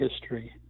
history